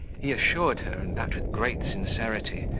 he assured her, and that with great sincerity,